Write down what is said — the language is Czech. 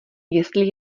jestli